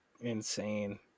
insane